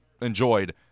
enjoyed